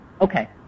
Okay